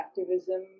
activism